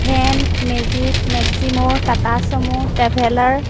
van Magic Maximo Tata Sumo traveller